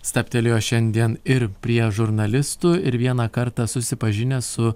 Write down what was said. stabtelėjo šiandien ir prie žurnalistų ir vieną kartą susipažinęs su